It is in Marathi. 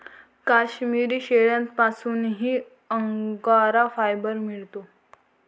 काश्मिरी शेळ्यांपासूनही अंगोरा फायबर मिळते